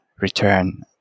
return